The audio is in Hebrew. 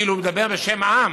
כאילו הוא מדבר בשם העם.